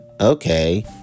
Okay